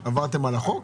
עברתם על החוק?